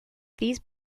these